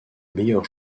meilleur